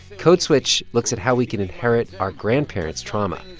code switch looks at how we can inherit our grandparents' trauma.